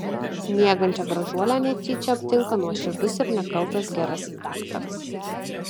miegančią gražuolę netyčia aptinka nuoširdus ir nekaltas gerasis daktaras